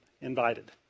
invited